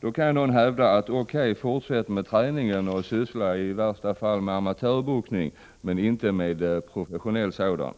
Kanske skulle någon gentemot detta vilja säga: O.K., fortsätt med denna träning och syssla i värsta fall med amatörboxning, men inte med professionell boxning!